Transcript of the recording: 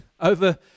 over